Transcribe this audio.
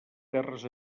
terres